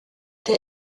der